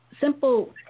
simple